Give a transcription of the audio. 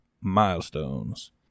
milestones